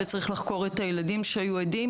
וצריך לחקור את הילדים שהיו עדים,